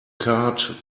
cart